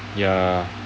ya